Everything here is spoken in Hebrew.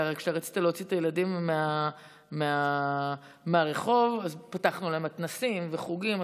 שכשרצית להוציא את הילדים מהרחוב אז פתחנו להם מתנ"סים וחוגים,